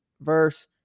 verse